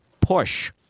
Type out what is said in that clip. push